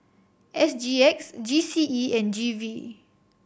S G X G C E and G V